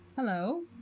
Hello